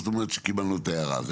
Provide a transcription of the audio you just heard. זאת אומרת שקיבלנו את ההערה.